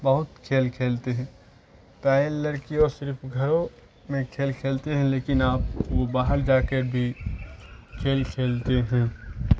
بہت کھیل کھیلتے ہیں پہلے لڑکیوں صرف گھروں میں کھیل کھیلتے ہیں لیکن آپ وہ باہر جا کر بھی کھیل کھیلتے ہیں